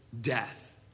death